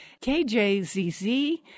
KJZZ